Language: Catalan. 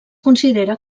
considera